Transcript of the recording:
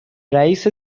رئیست